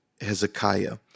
Hezekiah